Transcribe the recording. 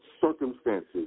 circumstances